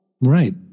Right